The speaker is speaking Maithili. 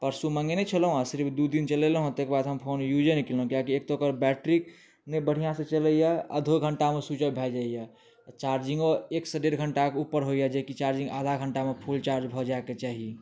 परसू मॅंगेने छलहुॅं आ सिरिफ दू दिन चलेलहुॅं हँ ताहि के बाद हम फोन यूजे नहि केलहुॅं किएकि एक तऽ ओकर बैट्रिक नहि बढ़िऑं सऽ चलैया अधो घंटामे स्विचअप भए जाइया चार्जिंगो एक सऽ डेढ़ घंटाके उपर होइया जे की चार्जिंग आधा घंटामे फूल चार्ज भऽ जाए के चाही